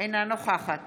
אינה נוכחת